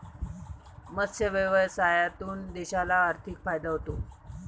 मत्स्य व्यवसायातून देशाला आर्थिक फायदा होतो